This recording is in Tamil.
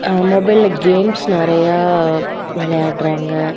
மொபைலில் கேம்ஸ் நிறையா விளையாட்றாங்க